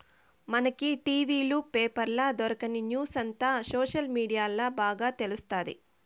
మనకి టి.వీ లు, పేపర్ల దొరకని న్యూసంతా సోషల్ మీడియాల్ల బాగా తెలుస్తాది